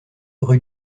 rue